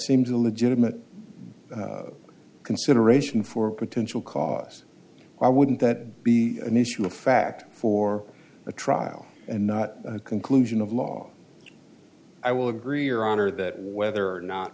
seems a legitimate consideration for potential cause why wouldn't that be an issue of fact for a trial and not a conclusion of law i will agree or honor that whether or not